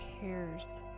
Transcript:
cares